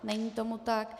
Není tomu tak.